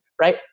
right